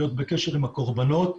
להיות בקשר עם הקורבנות.